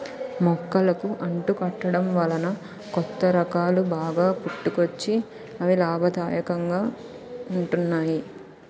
మొక్కలకు అంటు కట్టడం వలన కొత్త రకాలు బాగా పుట్టుకొచ్చి అవి లాభదాయకంగా ఉంటున్నాయి